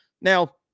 Now